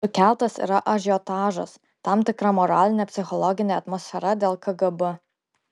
sukeltas yra ažiotažas tam tikra moralinė psichologinė atmosfera dėl kgb